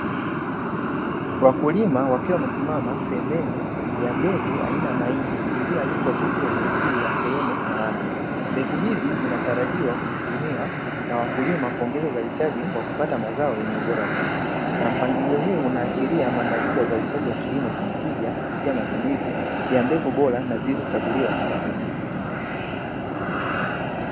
Wakulima wakiwa wamesimama pembeni ya mbegu aina ya mahindi iliyoanikwa vizuri juu ya sehemu maalumu. Mbegu hizi zinatarajiwa kutumiwa na wakulima kuongeza uzalishaji wa kupata mazao yenye ubora zaidi na mpangilio huu unaashiria maandalizi ya uzalishaji wa kilmo chenye tija kupitia matumizi ya mbegu bora na zilizochaguliwa kisayansi.